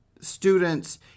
students